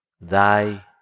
Thy